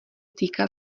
týká